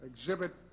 exhibit